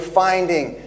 finding